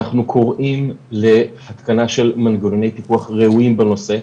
אנחנו קוראים להתקנה של מנגנוני פיקוח ציבוריים ראויים בנושא,